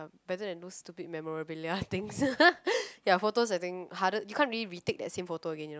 better than those stupid memorabilia things ya photos I think harder you can't really retake the same photos you know